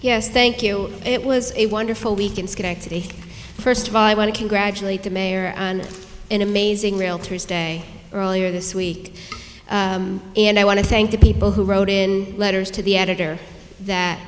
yes thank you it was a wonderful week in schenectady first of all i want to congratulate the mayor on an amazing realtors day earlier this week and i want to thank the people who wrote in letters to the editor that